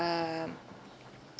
um